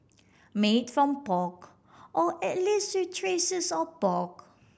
made from pork or at least with traces of pork